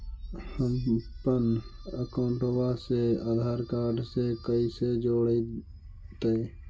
हमपन अकाउँटवा से आधार कार्ड से कइसे जोडैतै?